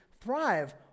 thrive